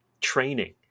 training